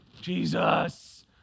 Jesus